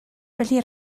felly